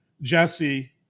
Jesse